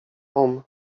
tom